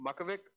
Makovic